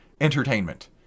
entertainment